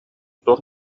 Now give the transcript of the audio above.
туох